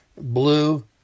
Blue